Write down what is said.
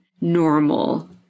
normal